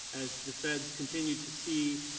as the feds continued to see